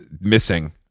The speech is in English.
missing